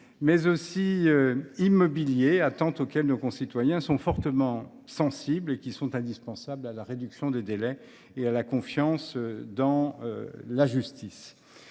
mais aussi immobiliers. Ces demandes, auxquelles nos concitoyens sont fortement sensibles, sont indispensables à la réduction des délais de jugement et à la confiance dans la justice.